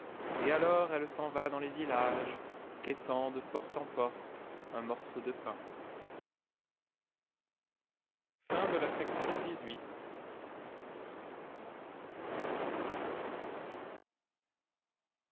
et alors elle s'en va dans les villages quêtant de porte en porte un morceau de pain